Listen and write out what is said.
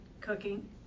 cooking